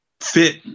fit